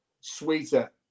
sweeter